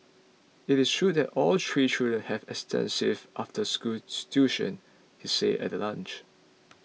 it is true that all three children have extensive after school tuition he said at the launch